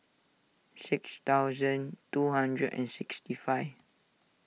six thousand two hundred and sixty five